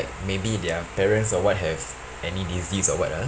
maybe their parents or what have any disease or what ah